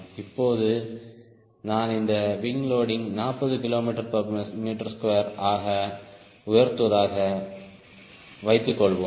இப்போது நான் இந்த விங் லோடிங் 40 kgm2 ஆக உயர்த்துவதாக வைத்துக்கொள்வோம்